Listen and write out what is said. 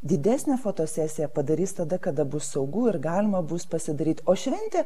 didesnę fotosesiją padarys tada kada bus saugu ir galima bus pasidaryt o šventė